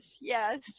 yes